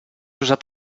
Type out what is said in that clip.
usat